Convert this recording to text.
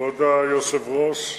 כבוד היושב-ראש,